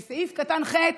וסעיף קטן (ח)